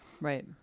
Right